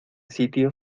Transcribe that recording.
sitio